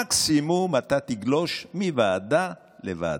מקסימום אתה תגלוש מוועדה לוועדה.